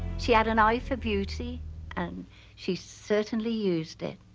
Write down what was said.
she had an eye for beauty and she certainly used it.